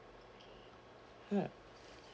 mm